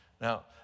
Now